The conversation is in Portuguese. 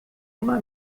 uma